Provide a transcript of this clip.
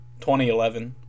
2011